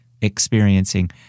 experiencing